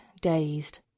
dazed